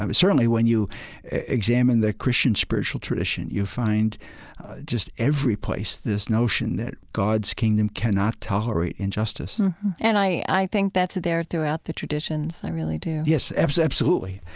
certainly when you examine the christian spiritual tradition, you find just every place this notion that god's kingdom cannot tolerate injustice and i think that's there throughout the traditions i really do yes, absolutely.